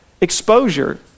exposure